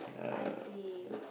I see